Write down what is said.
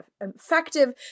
effective